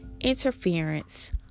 Interference